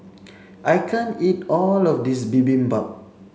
I can't eat all of this Bibimbap